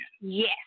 Yes